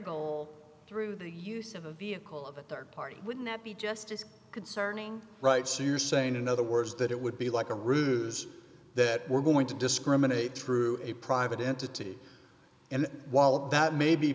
goal through the use of a vehicle of a rd party would not be just as concerning right so you're saying in other words that it would be like a route is that we're going to discriminate true a private entity and while that may be